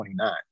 29